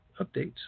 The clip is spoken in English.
updates